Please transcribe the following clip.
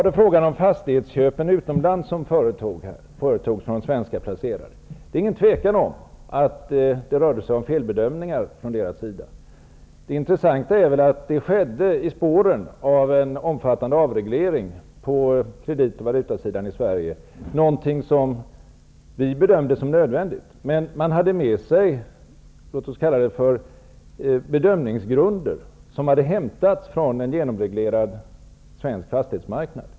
Beträffande fastighetsköpen utomlands som företogs av svenska placerare är det inget tvivel om att det här rörde sig om felbedömningar från deras sida. Det intressanta är dock att det skedde i spåren efter en omfattande avreglering på kredit och valutasidan i Sverige, vilken bedömdes som nödvändigt. Man arbetade utifrån bedömningsgrunder baserade på en genomreglerad svensk fastighetsmarknad.